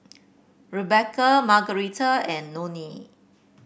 Rebekah Margarita and Nonie